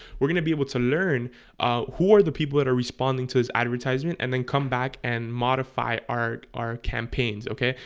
we're gonna be able to learn who are the people that are responding to this advertisement and then come back and modify art our campaigns okay?